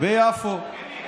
ביפו.